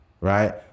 right